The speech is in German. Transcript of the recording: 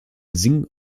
sing